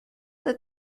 the